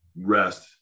rest